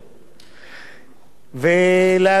ולהביא שינוי דרמטי